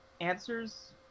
answers